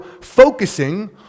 focusing